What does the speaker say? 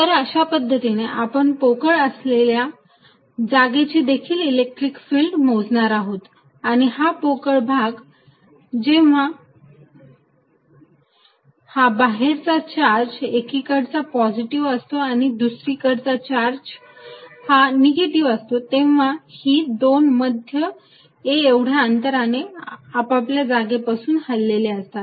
तर अशा पद्धतीने आपण पोकळ असलेल्या जागेची देखील इलेक्ट्रिक फिल्ड मोजणार आहोत हा पोकळ भाग आहे जेव्हा हा बाहेरचा चार्ज एकीकडचा पॉझिटिव्ह असतो आणि दुसरी कडचा चार्ज हा निगेटिव्ह असतो तेव्हा ही दोन मध्य a एवढा अंतराने आपल्या जागेपासून हललेले असतात